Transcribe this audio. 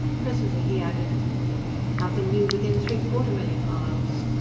presently he added nothing new within three-quarter million miles.